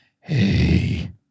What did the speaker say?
Hey